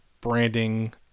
branding